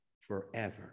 forever